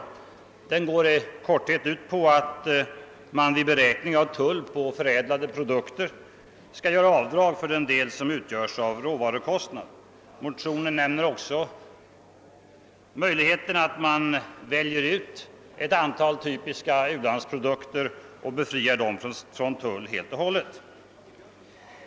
Förslaget går i korthet ut på att man vid beräkning av tull på förädlade produkter skall göra avdrag för den del som utgörs av råvarukostnad. I motionen nämns också möjligheten att man väljer ut ett antal typiska u-landsprodukter och befriar dem från tull helt och hållet.